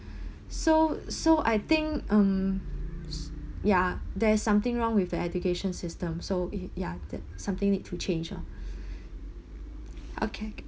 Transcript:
so so I think um ya there is something wrong with the education system so eh ya that something need to change lor okay okay